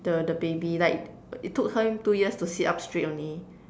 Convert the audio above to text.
the the baby like it took him two years to sit up straight only